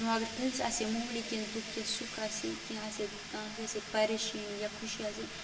وۄنۍ اَگر کٲنٛسہِ آسہِ ہے معموٗلی کیٚنٛہہ دُکھ یا کیٚنٛہہ سُکھ آسہِ ہے کیٚنٛہہ آسہِ ہے کٲنٛسہِ آسہِ ہے پریشٲنی یا خوٚشی آس ہے